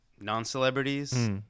non-celebrities